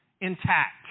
intact